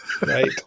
Right